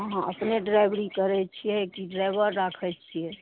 अहाँ अपने ड्राइवरी करै छियै कि ड्राइवर राखै छियै